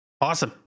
Awesome